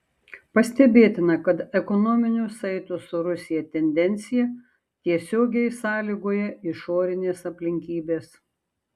pastebėtina kad ekonominių saitų su rusija tendencija tiesiogiai sąlygoja išorinės aplinkybės